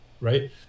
right